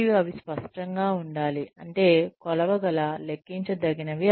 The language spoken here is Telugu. మరియు అవి స్పష్టంగా ఉండాలి అంటే కొలవగల లెక్కించదగినవి